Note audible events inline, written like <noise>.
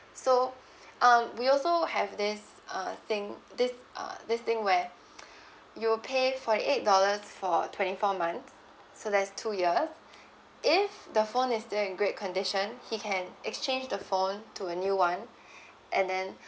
so um we also have this uh thing this uh this thing where <breath> you'll pay for eight dollars for twenty four months so that's two years if the phone is still in great condition he can exchange the phone to a new one <breath> and then